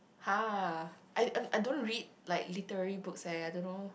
!huh! I I I don't read like literally books eh I don't know